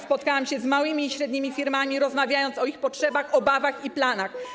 Spotykałam się z małymi i średnimi firmami, rozmawiałam o ich potrzebach, obawach i planach.